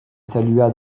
salua